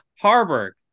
Harburg